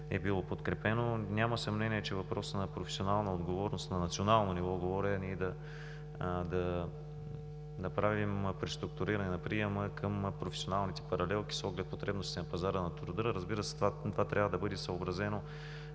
е било подкрепено. Няма съмнение, че въпрос на професионална отговорност – говоря на национално ниво – е ние да направим преструктуриране на приема към професионалните паралелки с оглед потребностите на пазара на труда. Разбира се, това трябва да бъде съобразено